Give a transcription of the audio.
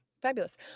Fabulous